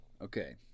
Okay